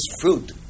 fruit